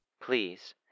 Please